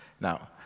Now